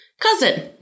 cousin